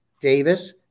Davis